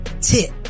tip